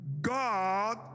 God